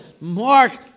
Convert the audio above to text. Mark